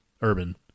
Urban